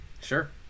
Sure